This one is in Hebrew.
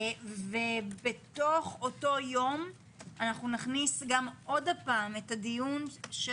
במהלך אותו יום נכניס עוד פעם דיון על